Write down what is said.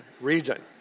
region